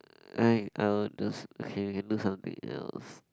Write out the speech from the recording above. I I would just okay we can do something else